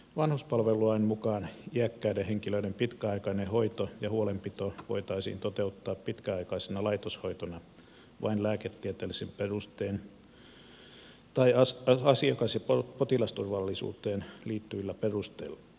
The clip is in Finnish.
vanhuspalvelulain mukaan iäkkäiden henkilöiden pitkäaikainen hoito ja huolenpito voitaisiin toteuttaa pitkäaikaisena laitoshoitona vain lääketieteellisin perustein tai asiakas ja potilasturvallisuuteen liittyvillä perusteilla